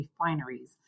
refineries